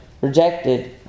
rejected